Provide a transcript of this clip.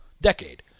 decade